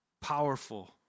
powerful